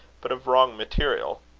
but of wrong material.